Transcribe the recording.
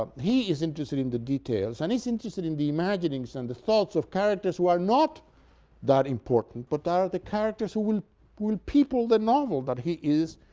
um he is interested in the details, and he is interested in the imaginings and the thoughts of characters who are not that important, but are are the characters who will will people the novel that he is